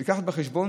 נביא בחשבון,